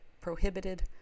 prohibited